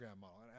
model